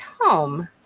home